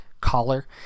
collar